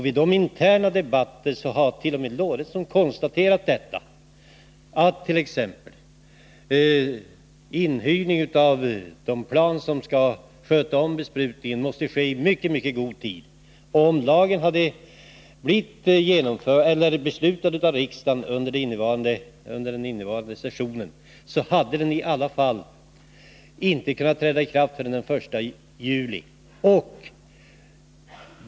Vid interna debatter har t.o.m. Sven Eric Lorentzon konstaterat att t.ex. inhyrning av de plan som erfordras för besprutningen måste ske i mycket god tid. Om lagen hade blivit beslutad av riksdagen under pågående riksmöte, hade den i alla fall inte kunnat sättas i kraft förrän den 1 juli.